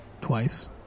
Twice